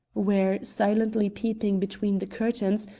where, silently peeping between the curtains,